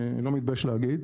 לא מתבייש להגיד,